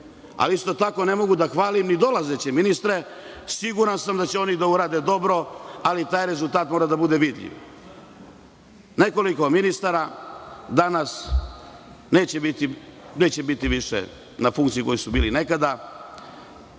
Isto tako, ne mogu da hvalim dolazeće ministre. Siguran sam da će oni da rade dobro, ali taj rezultat mora da bude vidljiv. Nekoliko ministara danas neće biti na funkciji gde su bili nekada.